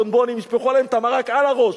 הצפונבונים ישפכו עליהם את המרק על הראש,